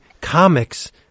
comics